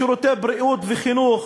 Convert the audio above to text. בשירותי בריאות וחינוך,